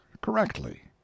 correctly